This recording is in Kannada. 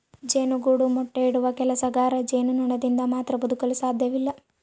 ಜೇನುಗೂಡು ಮೊಟ್ಟೆ ಇಡುವ ಕೆಲಸಗಾರ ಜೇನುನೊಣದಿಂದ ಮಾತ್ರ ಬದುಕಲು ಸಾಧ್ಯವಿಲ್ಲ